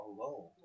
alone